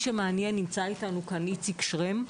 נמצא איתנו כאן איציק שרם.